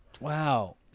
Wow